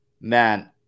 Man